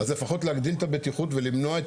אז לפחות להגדיל את הבטיחות ולמנוע את